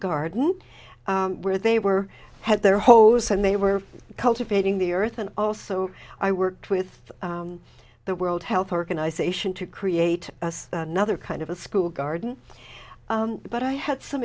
garden where they were had their hoes and they were cultivating the earth and also i worked with the world health organization to create another kind of a school garden but i had some